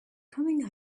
coming